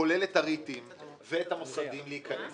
כולל את הריטים ואת המוסדיים להיכנס.